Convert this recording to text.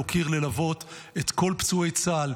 להוקיר את כל פצועי צה"ל,